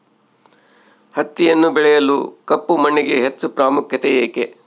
ಹತ್ತಿಯನ್ನು ಬೆಳೆಯಲು ಕಪ್ಪು ಮಣ್ಣಿಗೆ ಹೆಚ್ಚು ಪ್ರಾಮುಖ್ಯತೆ ಏಕೆ?